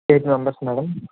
eight members madam